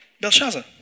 Belshazzar